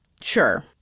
Sure